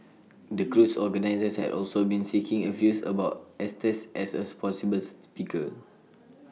the cruise organisers had also been seeking views about Estes as A possible speaker